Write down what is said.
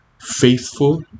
faithful